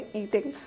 eating